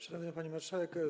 Szanowna Pani Marszałek!